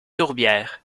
tourbières